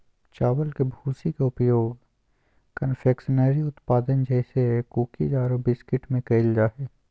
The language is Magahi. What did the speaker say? चावल के भूसी के उपयोग कन्फेक्शनरी उत्पाद जैसे कुकीज आरो बिस्कुट में कइल जा है